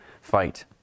fight